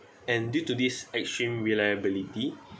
and due to this extreme reliability